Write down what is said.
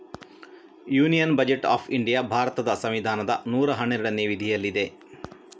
union budget of India ಭಾರತದ ಸಂವಿಧಾನದ ನೂರಾ ಹನ್ನೆರಡನೇ ವಿಧಿನಲ್ಲಿದೆ